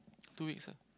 two weeks ah